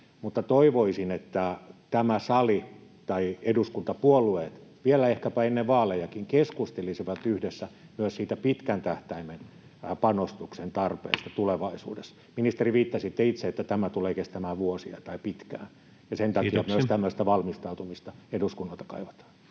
mutta toivoisin, että tämä sali tai eduskuntapuolueet vielä ehkäpä ennen vaalejakin keskustelisivat yhdessä myös siitä pitkän tähtäimen panostuksen tarpeesta tulevaisuudessa. Ministeri, viittasitte itse siihen, että tämä tulee kestämään vuosia tai pitkään, ja sen takia [Puhemies: Kiitoksia!] myös tämmöistä valmistautumista eduskunnalta kaivataan.